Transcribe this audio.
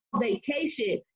vacation